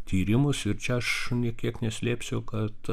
tyrimus ir čia aš nė kiek neslėpsiu kad